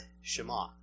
Shema